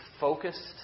focused